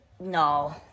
No